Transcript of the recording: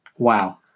Wow